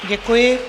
Děkuji.